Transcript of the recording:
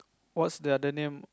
what's the other name